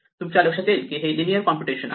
तुमच्या लक्षात येईल की हे लिनियर कॉम्प्युटेशन आहे